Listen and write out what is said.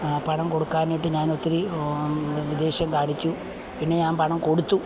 പണം കൊടുക്കാനായിട്ട് ഞാൻ ഒത്തിരി ദേഷ്യം കാണിച്ചു പിന്നെ ഞാൻ പണം കൊടുത്തു